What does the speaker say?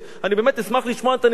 אני באמת אשמח לשמוע את הנתונים,